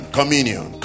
Communion